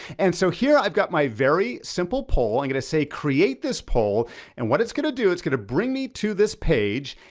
and so here i've got my very simple poll. i'm gonna say, create this poll and what it's gonna do, it's gonna bring me to this page.